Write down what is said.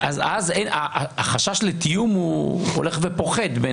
אז החשש לתיאום הולך ופוחת.